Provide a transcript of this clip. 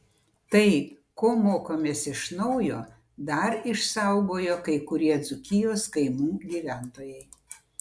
tai ko mokomės iš naujo dar išsaugojo kai kurie dzūkijos kaimų gyventojai